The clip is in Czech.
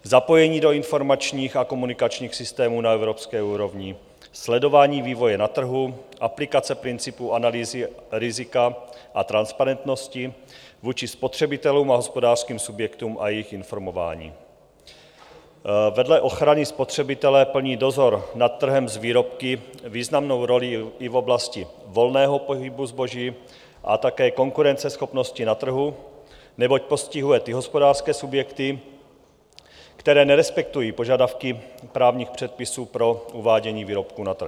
Zapojení do informačních a komunikačních systémů na evropské úrovni, sledování vývoje na trhu, aplikace principu analýzy rizika a transparentnosti vůči spotřebitelům a hospodářským subjektům a jejich informování vedle ochrany spotřebitele plní dozor nad trhem s výrobky významnou roli i v oblasti volného pohybu zboží a také konkurenceschopnosti na trhu, neboť postihuje ty hospodářské subjekty, které nerespektují požadavky právních předpisů pro uvádění výrobků na trh.